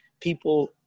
people